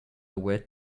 wet